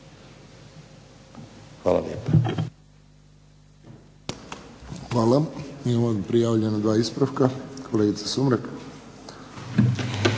Hvala.